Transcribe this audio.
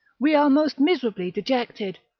we are most miserably dejected,